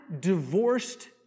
divorced